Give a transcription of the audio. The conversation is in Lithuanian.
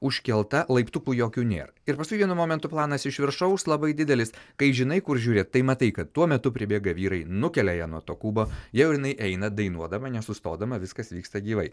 užkelta laiptukų jokių nėr ir paskui vienu momentu planas iš viršaus labai didelis kai žinai kur žiūrėt tai matai kad tuo metu pribėga vyrai nukelia ją nuo to kubo jau jinai eina dainuodama nesustodama viskas vyksta gyvai